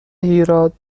هیراد